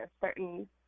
certain